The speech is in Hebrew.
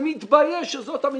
אני מתבייש שזאת המציאות,